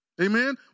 amen